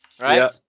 right